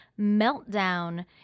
MELTDOWN